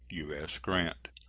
u s. grant.